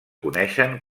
coneixen